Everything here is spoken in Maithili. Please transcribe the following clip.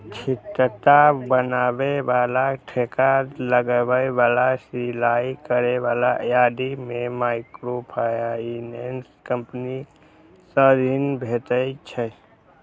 छिट्टा बनबै बला, ठेला लगबै बला, सिलाइ करै बला आदि कें माइक्रोफाइनेंस कंपनी सं ऋण भेटै छै